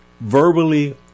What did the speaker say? verbally